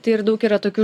tai ir daug yra tokių